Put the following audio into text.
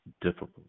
difficult